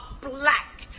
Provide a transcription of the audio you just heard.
black